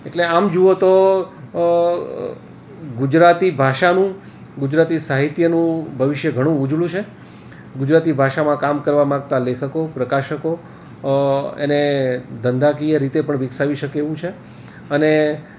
એટલે આમ જુઓ તો ગુજરાતી ભાષાનું ગુજરાતી સાહિત્યનું ભવિષ્ય ઘણું ઉજળું છે ગુજરાતી ભાષામાં કામ કરવા માગતા લેખકો પ્રકાશકો એને ધંધાકીય રીતે પણ વિકસાવી શકે એવું છે અને